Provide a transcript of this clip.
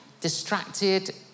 distracted